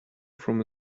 from